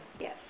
Yes